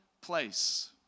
place